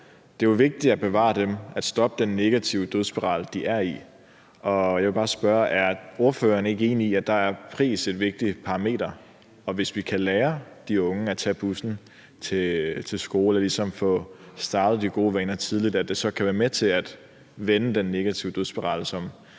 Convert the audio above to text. er, er det vigtigt at bevare og stoppe den negative dødsspiral, de er i. Jeg vil bare spørge, om ordføreren ikke er enig i, at pris der er et vigtigt parameter, og at det, hvis vi kan lære de unge at tage bussen til skole og ligesom få de startet de gode vaner tidligt, så kan være med til at vænne den negative dødsspiral, som